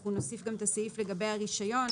אנחנו נוסיף גם את הסעיף לגבי הרישיון.